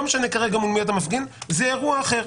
לא משנה כרגע מול מי אתה מפגין זה אירוע אחר.